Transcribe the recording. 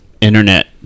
internet